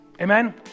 Amen